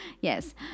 Yes